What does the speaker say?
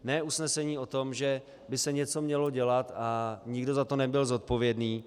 Ne usnesení o tom, že by se něco mělo dělat a nikdo za to nebyl zodpovědný.